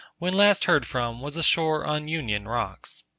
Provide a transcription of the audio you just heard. when last heard from was ashore on union rocks.